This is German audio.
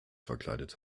verkleidet